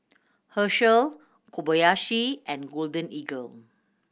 Herschel Kobayashi and Golden Eagle